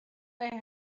they